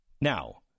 Now